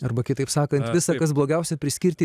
arba kitaip sakant visa kas blogiausia priskirti